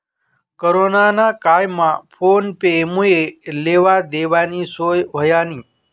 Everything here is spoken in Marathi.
कोरोना ना कायमा फोन पे मुये लेवा देवानी सोय व्हयनी